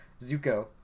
Zuko